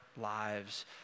lives